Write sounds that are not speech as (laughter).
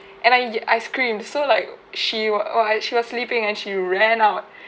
and I y~ I screamed so like she was she was sleeping and she ran out (breath)